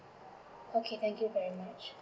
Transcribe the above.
okay thank you very much